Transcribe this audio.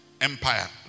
empire